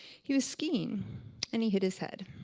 he was skiing and he hit his head.